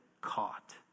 caught